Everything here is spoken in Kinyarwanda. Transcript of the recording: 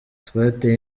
twateye